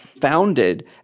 founded